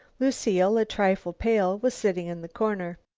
lucile, a trifle pale, was sitting in the corner.